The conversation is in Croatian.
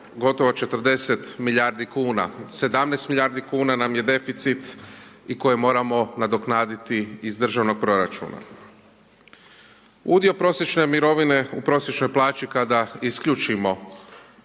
gotovo 40 milijardi kuna. 17 milijardi kuna nam je deficit i koji moramo nadoknaditi iz državnog proračuna. Udio prosječne mirovine u prosječnoj plaći kada isključimo